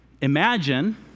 imagine